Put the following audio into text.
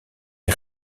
est